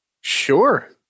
Sure